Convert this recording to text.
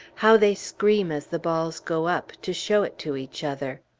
how they scream as the balls go up, to show it to each other.